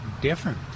different